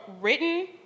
written